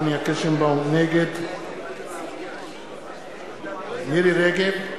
נגד מירי רגב,